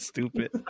Stupid